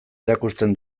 erakusten